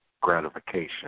gratification